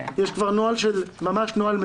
יש נוהל מצוקה,